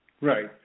Right